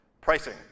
Pricing